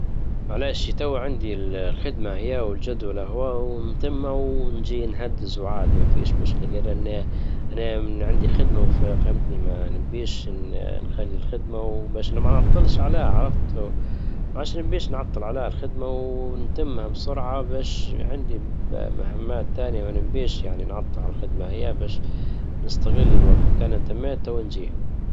علاش تو عندي الخدمة هي والجدول اهو نتمه ونجي نجهبز وعادي مفيش مشكله. انايا عندي خدمة فهمتني ما نبيش نخلي الخدمة وباش ما نعطلش عليها عرفت ما عادش نبى نعطل عليها الخدمة ونتمها بسرعة باش عندى مهمات تانية ما ننبيش يعني نعطل الخدمة هي باش نستغل الوجت كان تميت توجيه.